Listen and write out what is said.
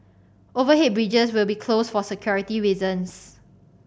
overhead bridges will be closed for security reasons